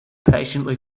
patiently